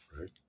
right